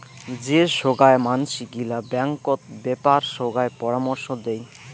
যে সোগায় মানসি গিলা ব্যাঙ্কত বেপার সোগায় পরামর্শ দেই